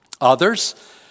Others